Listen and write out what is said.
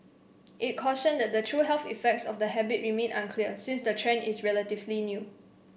it cautioned that the true health effects of the habit remain unclear since the trend is relatively new